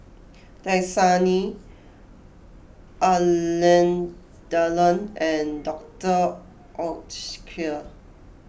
Dasani Alain Delon and Doctor Oetker